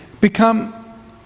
become